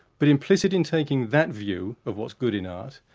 but implicit in taking that view of what's good in art,